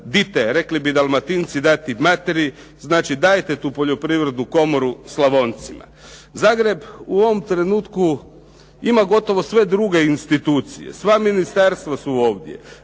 “dite“ rekli bi Dalmatinci dati materi. Znači, dajte tu Poljoprivrednu komoru Slavoncima. Zagreb u ovom trenutku ima gotovo sve druge institucije, sva ministarstva su ovdje,